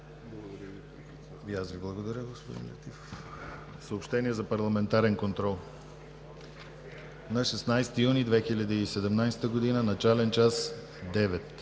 благодаря, господин Летифов.